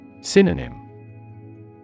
Synonym